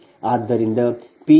ಆದ್ದರಿಂದ Pg2Pg201